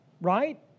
Right